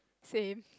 same